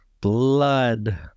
Blood